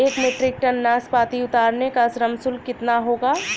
एक metric ton नाशपाती उतारने का श्रम शुल्क कितना होगा?